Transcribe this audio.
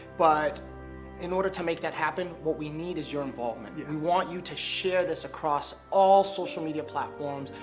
but in order to make that happen what we need is your involvement. yeah we want you to share this across all social media platforms,